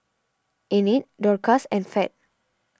Enid Dorcas and Fed